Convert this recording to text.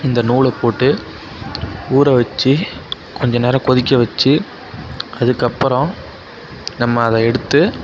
இந்த நூலை போட்டு ஊற வெச்சி கொஞ்ச நேரம் கொதிக்க வெச்சி அதுக்கு அப்புறம் நம்ம அதை எடுத்து